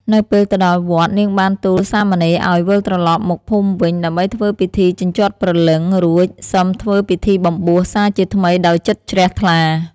នៅពេលទៅដល់វត្ត នាងបានទូលសាមណេរឱ្យ វិលត្រឡប់មកភូមិវិញ ដើម្បីធ្វើពិធីជញ្ជាត់ព្រលឹង រួចសឹមធ្វើពិធីបំបួសសាជាថ្មីដោយចិត្តជ្រះថ្លា ។